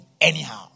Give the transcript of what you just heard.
anyhow